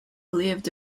lived